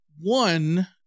one